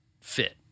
fit